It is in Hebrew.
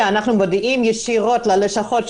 אנחנו מודיעים ישירות ללשכות,